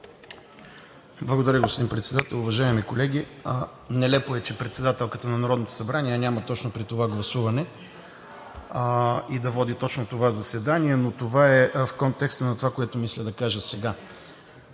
Благодаря, господин Председател. Уважаеми колеги, нелепо е, че председателката на Народното събрание я няма точно при това гласуване и да води точно това заседание, но това е в контекста на онова, което мисля да кажа сега.